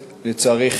לצערי,